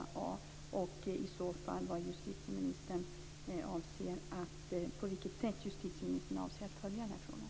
Jag vill veta på vilket sätt justitieministern avser att följa frågan.